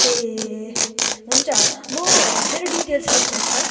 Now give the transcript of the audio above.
ए हुन्छ म मेरो डिटेल्स लेख्नुहोस् त